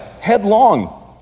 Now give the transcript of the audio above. headlong